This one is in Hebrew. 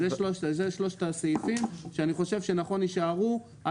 זה שלושת הסעיפים שאני חושב שנכון שיישארו עד